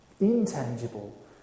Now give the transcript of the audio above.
intangible